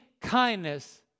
kindness